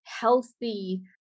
healthy